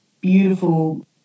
beautiful